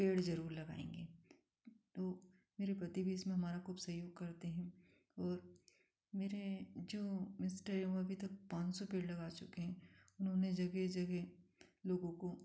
पेड़ जरूर लगाएँगे वो मेरे पति भी इसमें हमारा खूब सहयोग करते हैं और मेरे जो मिस्टर हैं वह अभी तक पाँच सौ पेड़ लगा चुके हैं उन्होंने जगह जगह लोगों को